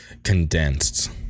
condensed